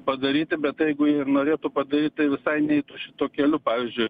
padaryti bet jeigu ji ir norėtų padaryt tai visai neitų šitu keliu pavyzdžiui